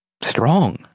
strong